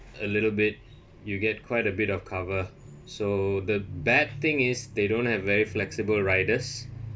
a little bit you get quite a bit of cover so the bad thing is they don't have very flexible riders